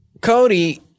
Cody